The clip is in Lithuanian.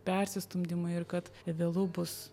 persistumdymai ir kad vėlu bus